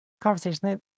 conversation